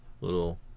little